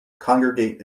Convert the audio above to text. congregate